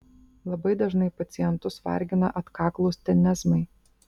labai dažnai pacientus vargina atkaklūs tenezmai